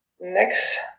Next